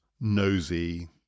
nosy